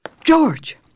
George